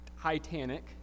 Titanic